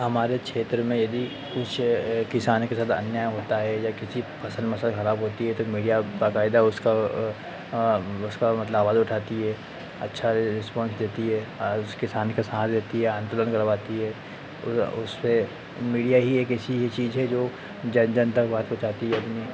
हमारे क्षेत्र में यदि कुछ किसान के साथ अन्याय होता है या किसी फ़सल मसल ख़राब होती है तो मीडिया बाकायदा उसका उसको मतलब आवाज़ उठाता है अच्छा रेस्पान्स देता है उस किसान का साथ देता है आन्दोलन करवाता है उसपर मीडिया ही एक ऐसी है चीज़ है जो जनता की बात पहुँचाता है